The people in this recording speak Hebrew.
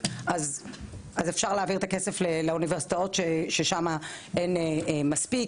אז אפשר להעביר את הכסף לאוניברסיטאות ששם אין מספיק.